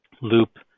loop